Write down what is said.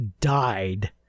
died